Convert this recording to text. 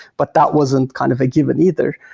but that wasn't kind of a given either.